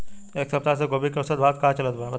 एक सप्ताह से गोभी के औसत भाव का चलत बा बताई?